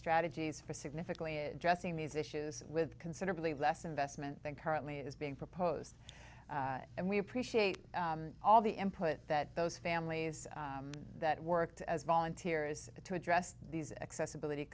strategies for significantly addressing these issues with considerably less investment than currently is being proposed and we appreciate all the input that those families that worked as volunteers to address these accessibility